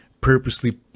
purposely